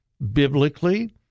Biblically